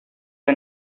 you